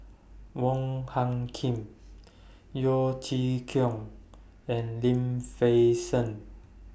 Wong Hung Khim Yeo Chee Kiong and Lim Fei Shen